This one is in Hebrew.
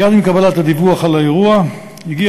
מייד עם קבלת הדיווח על האירוע הגיע